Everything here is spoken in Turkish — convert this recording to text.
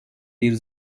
bir